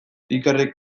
ikerrek